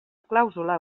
clàusula